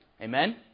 Amen